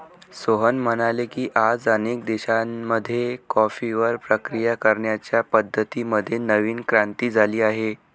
सोहन म्हणाले की, आज अनेक देशांमध्ये कॉफीवर प्रक्रिया करण्याच्या पद्धतीं मध्ये नवीन क्रांती झाली आहे